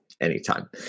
anytime